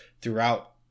throughout